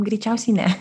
greičiausiai ne